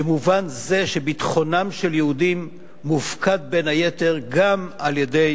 במובן זה שביטחונם של יהודים מופקד בין היתר גם בידי